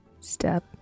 step